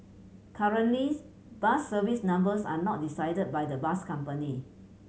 currently bus service numbers are not decided by the bus company